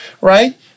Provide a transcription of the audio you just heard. right